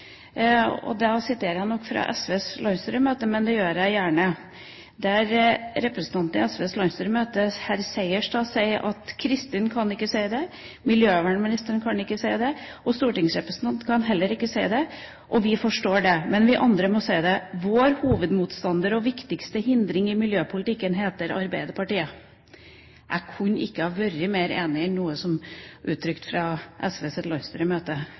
siterer da fra SVs landsstyremøte – det gjør jeg gjerne – der en representant, herr Seierstad, sier: «Kristin kan ikke si det, miljøvernministeren kan ikke si det, og stortingsrepresentantene kan heller ikke si det, og vi forstår det, men vi andre må si det: Vår hovedmotstander og viktigste hindring i miljøpolitikken heter Arbeiderpartiet.» Jeg kunne ikke vært mer enig i noe som er uttrykt fra SVs landsstyremøte. Vi ser gang på gang at når det gjelder å få gjort de store grepene i